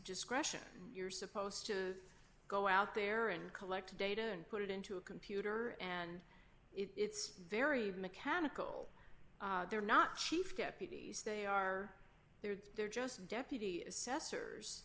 discretion you're supposed to go out there and collect data and put it into a computer and it's very mechanical they're not chief deputies they are there they're just deputies assessors